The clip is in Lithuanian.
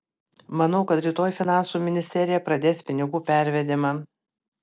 manau kad rytoj finansų ministerija pradės pinigų pervedimą